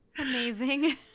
Amazing